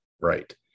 Right